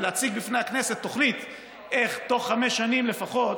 ולהציג בפני הכנסת תוכנית איך בתוך חמש שנים לפחות